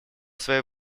своей